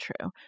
true